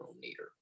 neater